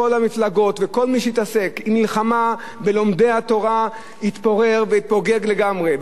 כל המפלגות וכל מי שהתעסק במלחמה בלומדי התורה התפורר והתפוגג לגמרי.